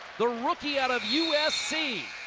the rookie out of usc.